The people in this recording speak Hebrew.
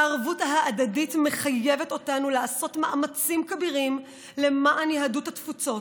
הערבות ההדדית מחייבת אותנו לעשות מאמצים כבירים למען יהדות התפוצות,